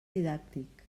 didàctic